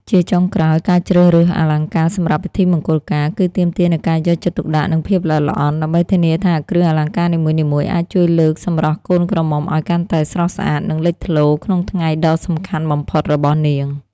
ជាចុងក្រោយ ការជ្រើសរើសអលង្ការសម្រាប់ពិធីមង្គលការ គឺទាមទារនូវការយកចិត្តទុកដាក់ និងភាពល្អិតល្អន់ ដើម្បីធានាថាគ្រឿងអលង្ការនីមួយៗអាចជួយលើកសម្រស់កូនក្រមុំឲ្យកាន់តែស្រស់ស្អាត និងលេចធ្លោក្នុងថ្ងៃដ៏សំខាន់បំផុតរបស់នាង។